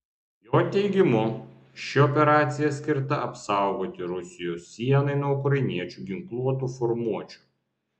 jo teigimu ši operacija skirta apsaugoti rusijos sienai nuo ukrainiečių ginkluotų formuočių